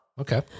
okay